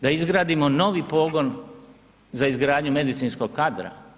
Da izgradimo novi pogon za izgradnju medicinskog kadra.